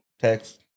text